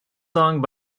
sung